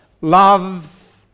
Love